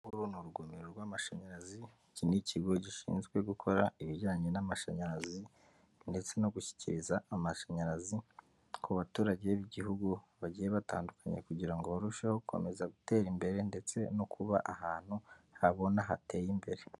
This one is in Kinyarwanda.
Uru ni urugomero rw'amashanyarazi, n'ikigo gishinzwe gukora ibijyanye n'amashanyarazi, ndetse no gushyikiriza amashanyarazi ku baturage b'igihugu bagiye batandukanye kugira ngo barusheho gukomeza gutera imbere ndetse no kuba ahantu habona hateye imbere.